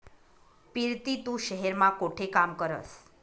पिरती तू शहेर मा कोठे काम करस?